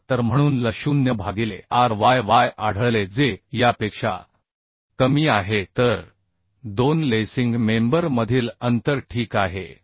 76 म्हणून L0 भागिले r y y आढळले जे यापेक्षा कमी आहे तर दोन लेसिंग मेंबर मधील अंतर ठीक आहे